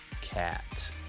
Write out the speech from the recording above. Cat